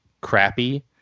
crappy